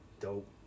Dope